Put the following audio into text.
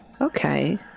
Okay